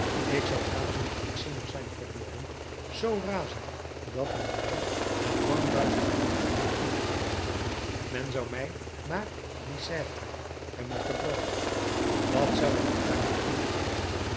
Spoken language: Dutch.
ik zou razend krankzinnig zijn geworden zoo razend dat men mij het dwangbuis had moeten aantrekken men zou mij naar bicêtre hebben gebracht wat zou ik gedaan hebben